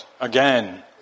again